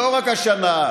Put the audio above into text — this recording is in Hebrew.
לא רק השנה,